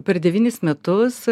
per devynis metus